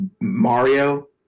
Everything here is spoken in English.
Mario